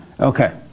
Okay